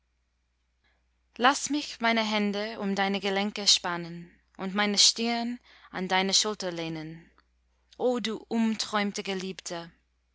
laß mich meine hände um deine gelenke spannen und meine stirn an deine schulter lehnen o du umträumte geliebte